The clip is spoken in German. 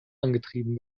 angetrieben